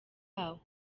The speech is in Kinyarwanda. aho